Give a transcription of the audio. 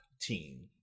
team